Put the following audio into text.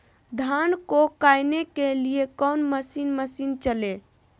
धन को कायने के लिए कौन मसीन मशीन चले?